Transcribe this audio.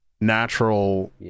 natural